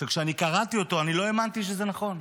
שכשאני קראתי אותו, לא האמנתי שזה נכון.